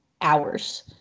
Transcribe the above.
hours